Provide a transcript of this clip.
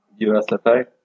USFA